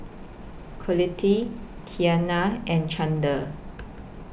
Colette Tiana and Chandler